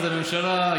אז הממשלה,